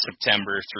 September